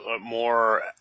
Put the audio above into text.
more